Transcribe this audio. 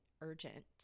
urgent